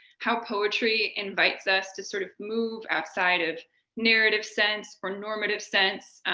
how poetry invites us to sort of move outside of narrative sense, or normative sense,